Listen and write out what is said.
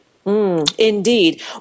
Indeed